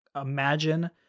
imagine